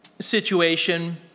situation